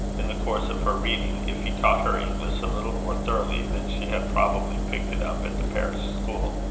in the course of her reading, if he taught her english a little more thoroughly than she had probably picked it up at the parish school,